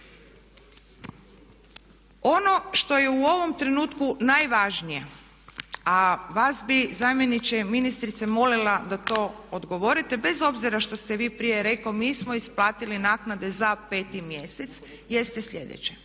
Ono što je u ovom trenutku najvažnije, a vas bi zamjeniče ministrice molila da to odgovorite bez obzira što ste vi prije reko, mi smo isplatiti naknade za 5 mjesec jeste sljedeće.